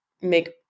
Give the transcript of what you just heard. make